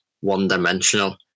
one-dimensional